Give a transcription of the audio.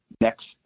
next